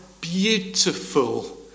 beautiful